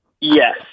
Yes